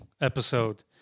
episode